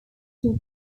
took